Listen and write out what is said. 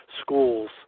schools